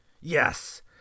Yes